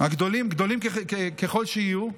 גדולים ככל שיהיו,